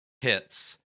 hits